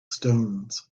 stones